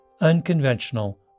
unconventional